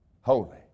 holy